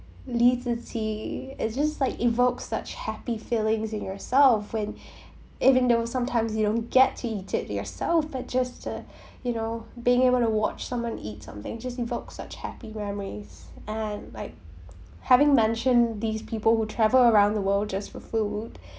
li ziqi it just like evokes such happy feeling in yourself when even though sometimes you don't get to eat it yourself but just uh you know being able to watch someone eat something just evoke such happy memories and like having mentioned these people who travel around the world just for food